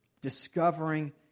Discovering